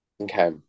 Okay